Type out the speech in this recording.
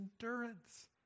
endurance